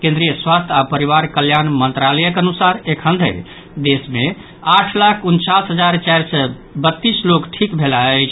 केंद्रीय स्वास्थ्य आ परिवार कल्याण मंत्रालयक अनुसार अखन धरि देश मे आठ लाख उनचास हजार चारि सय बत्तीस लोक ठीक भेलाह अछि